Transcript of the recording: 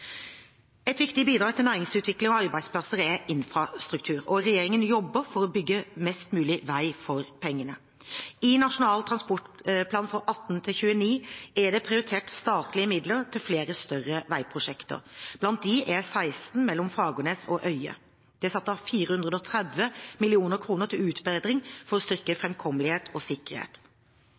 Et viktig bidrag til næringsutvikling og arbeidsplasser er infrastruktur. Regjeringen jobber for å bygge mest mulig vei for pengene. I Nasjonal transportplan for 2018–2029 er det prioritert statlige midler til flere større veiprosjekter, blant dem E16 mellom Fagernes og Øye. Det er satt av 430 mill. kr til utbedring for å styrke framkommelighet og sikkerhet.